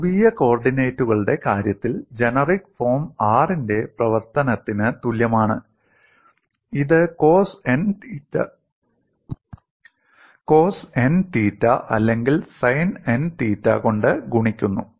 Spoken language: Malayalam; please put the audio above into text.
ധ്രുവീയ കോർഡിനേറ്റുകളുടെ കാര്യത്തിൽ ജനറിക് ഫോം r ന്റെ പ്രവർത്തനത്തിന് തുല്യമാണ് ഇത് കോസ് n തീറ്റ അല്ലെങ്കിൽ സൈൻ n തീറ്റ കൊണ്ട് ഗുണിക്കുന്നു